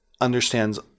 understands